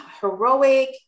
heroic